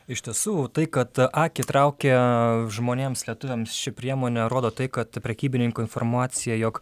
iš tiesų tai kad akį traukia žmonėms lietuviams ši priemonė rodo tai kad prekybininkų informacija jog